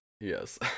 Yes